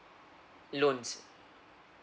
loans